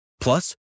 Plus